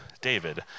David